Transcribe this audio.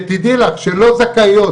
שתדעי לך שלא זכאיות,